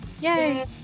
Yay